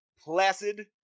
Placid